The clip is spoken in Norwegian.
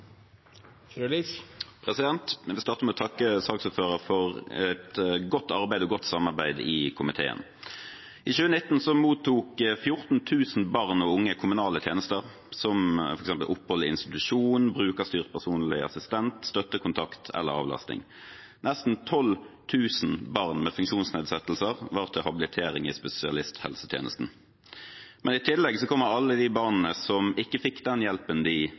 videre debatten. Jeg vil starte med å takke saksordføreren for godt arbeid og godt samarbeid i komiteen. I 2019 mottok 14 000 barn og unge kommunale tjenester, som f.eks. opphold i institusjon, brukerstyrt personlig assistent, støttekontakt eller avlastning. Nesten 12 000 barn med funksjonsnedsettelser var til habilitering i spesialisthelsetjenesten, men i tillegg kommer alle de barna som ikke fikk den hjelpen de